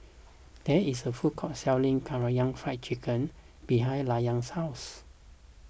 there is a food court selling Karaage Fried Chicken behind Layne's house